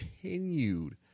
continued